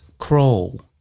crawl